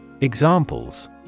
Examples